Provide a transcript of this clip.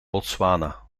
botswana